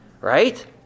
Right